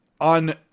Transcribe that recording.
on